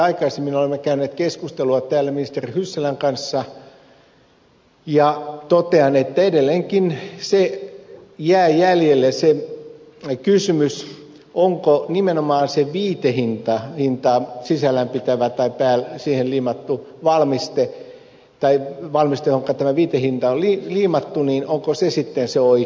tästä olemme käyneet keskustelua täällä ministeri hyssälän kanssa ja totean että edelleenkin jää jäljelle kysymys onko nimenomaisen viitehinta on hinta fi siellä tavataan täällä siihen liimattu valmisti nimenomaan valmiste johon tämä viitehinta on liimattu sitten se oikea